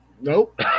Nope